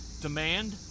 demand